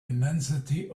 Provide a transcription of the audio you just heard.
immensity